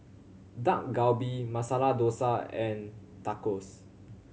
Dak Galbi Masala Dosa and Tacos